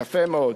יפה מאוד.